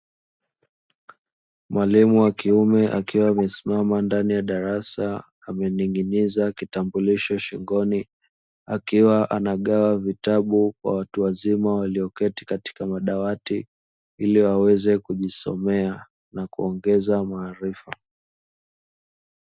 Mwalimu wa kiume akiwa amesimama ndani ya darasa amening'iniza kitambulisho shingoni, akiwa anagawa vitabu kwa watu wazima walioketi katika madawati, ili waweze kujisomea na kuongeza maarifa.